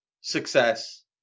success